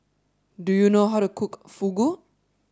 do you know how to cook Fugu